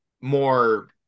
more